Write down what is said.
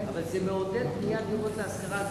אבל זה מעודד בניית דירות להשכרה,